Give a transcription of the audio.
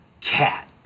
cat